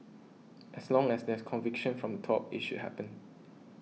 as long as there's conviction from the top it should happen